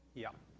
young